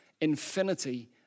infinity